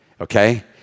okay